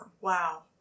Wow